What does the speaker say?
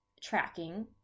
tracking